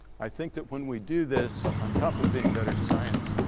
i think that when we do this, on top of being better science,